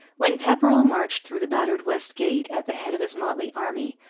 when pepperrell marched through the battered west gate, at the head of his motley army,